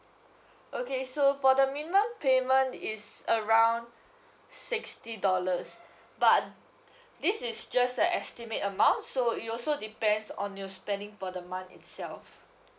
okay so for the minimum payment is around sixty dollars but this is just a estimate amount so it also depends on your spending for the month itself